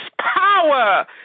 power